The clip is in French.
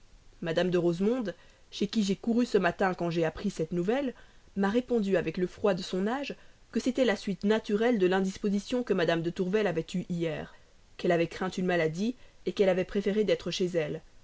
mme de rosemonde chez qui j'ai couru ce matin quand j'ai appris cette nouvelle m'a répondu avec le froid de son âge que c'était la suite naturelle de l'indisposition que mme de tourvel avait eue hier qu'elle avait craint une maladie qu'elle avait préféré d'être chez elle